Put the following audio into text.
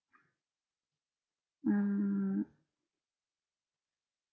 mm